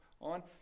on